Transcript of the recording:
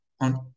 on